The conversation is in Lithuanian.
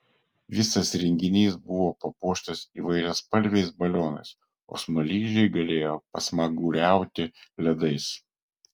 visas renginys buvo papuoštas įvairiaspalviais balionais o smaližiai galėjo pasmaguriauti ledais